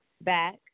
back